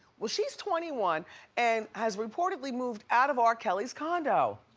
well she's twenty one and has reportedly moved out of r. kelly's condo.